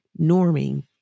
norming